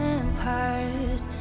empires